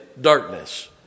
darkness